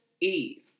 Eve